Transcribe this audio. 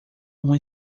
uma